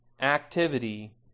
activity